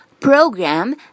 program